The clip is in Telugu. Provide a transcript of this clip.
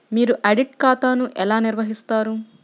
మీరు ఆడిట్ ఖాతాను ఎలా నిర్వహిస్తారు?